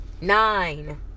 Nine